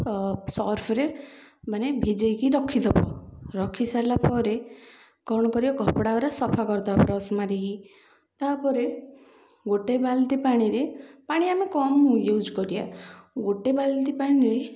ସର୍ଫରେ ମାନେ ଭିଜେଇକି ରଖିଦେବ ରଖିସାରିଲା ପରେ କ'ଣ କରିବ କପଡ଼ାଗୁଡ଼ା ସଫା କରିଦେବ ବ୍ରସ୍ ମାରିକି ତା'ପରେ ଗୋଟେ ବାଲ୍ଟି ପାଣିରେ ପାଣି ଆମେ କମ୍ ୟୁଜ୍ କରିବା ଗୋଟେ ବାଲ୍ଟି ପାଣିରେ